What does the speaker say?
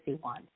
one